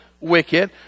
wicked